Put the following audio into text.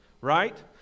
Right